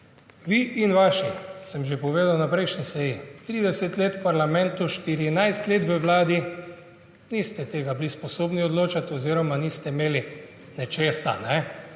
Vi in vaši, sem že povedal na prejšnji seji, ki ste 30 let v parlamentu, 14 let v vladi, niste bili sposobni odločati oziroma niste imeli nečesa,